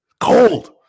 Cold